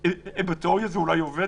בתיאוריה זה אולי עובד,